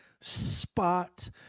spot